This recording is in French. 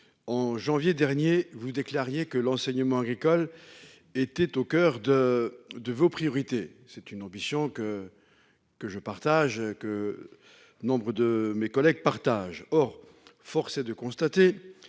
en janvier dernier, vous déclariez que l'enseignement agricole était au coeur de vos priorités. C'est une ambition que nous ne pouvons que partager. Or, force est de constater